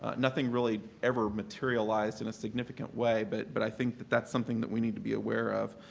ah nothing really ever materialized in a significant way but but i think that that's something that we need to be aware of.